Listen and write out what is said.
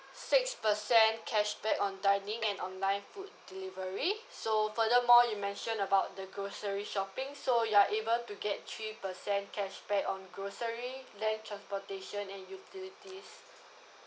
six percent cashback on dining and online food delivery so furthermore you mentioned about the grocery shopping so you are able to get three percent cashback on grocery land transportation and utilities